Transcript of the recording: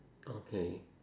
okay